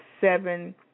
seven